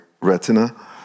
retina